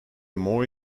more